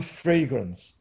fragrance